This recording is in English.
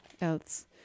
else